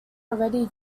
already